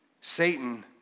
Satan